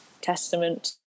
testament